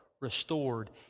restored